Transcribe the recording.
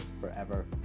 forever